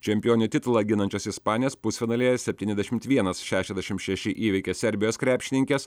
čempionių titulą ginančios ispanės pusfinalyje septyniasdešimt vienas šešiasdešim šeši įveikė serbijos krepšininkes